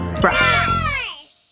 brush